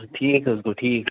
ٹھیٖک حظ گوٚو ٹھیٖک